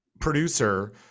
producer